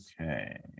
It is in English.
Okay